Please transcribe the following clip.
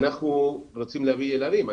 אנחנו רוצים להביא ילדים.